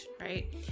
right